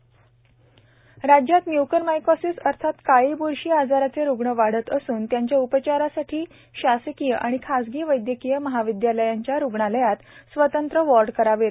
mucormycosis Tope एअर राज्यात mucormycosis अर्थात काळी ब्रशी आजाराचे रुग्ण वाढत असून त्यांच्या उपचारासाठी शासकीय आणि खासगी वैद्यकीय महाविद्यालयांच्या रुग्णालयात स्वतंत्र वॉर्ड करावेत